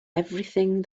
everything